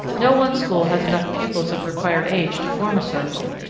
no one school has enough pupils of required age to form a circle,